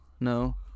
no